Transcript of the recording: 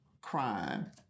crime